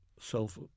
self